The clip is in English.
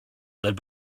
led